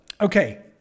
okay